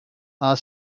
our